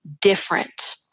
different